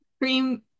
Cream